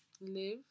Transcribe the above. live